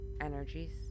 energies